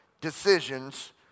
decisions